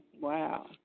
Wow